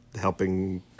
helping